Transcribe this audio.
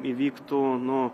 įvyktų nu